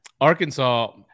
Arkansas